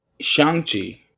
Shang-Chi